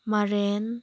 ꯃꯥꯏꯔꯦꯟ